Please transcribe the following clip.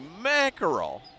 mackerel